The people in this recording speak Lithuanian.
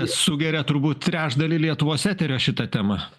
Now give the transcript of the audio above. sugeria turbūt trečdalį lietuvos eterio šita tema